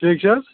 ٹھیٖک چھِ حظ